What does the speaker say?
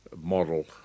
model